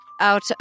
out